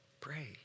pray